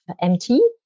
MT